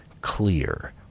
clear